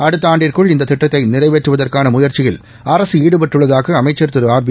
அடுத்த ஆண்டுக்குள் இந்த திட்டத்தை நிறைவேற்றுவதற்கான முயற்சியில் அரசு ஈடுபட்டுள்ளதாக அமைச்ச் திரு ஆர்பி